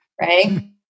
Right